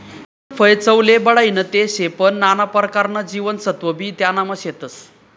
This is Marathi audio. पीचनं फय चवले बढाईनं ते शे पन नाना परकारना जीवनसत्वबी त्यानामा शेतस